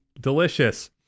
Delicious